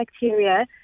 bacteria